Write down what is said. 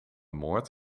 moord